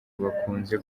bakunze